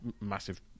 massive